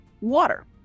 water